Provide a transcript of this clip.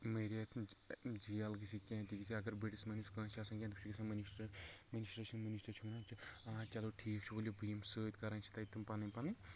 مٔرِتھ جیل گژھِتھ کیٛنٚہہ تہِ گژھِتھ اگر بٔڑِس مہنوِس کٲنسہِ چھ آسان کیٛنٚہہ تم چھِ گژھان منسٹَرن منسٹَر چھِ منسٹر چھِ ونان آ چلو ٹھیٖک چھ ؤلیو بہٕ یِمہٕ سۭتۍ کران چھِ تتہِ تم پنٕنۍ پنٕنۍ